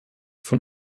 von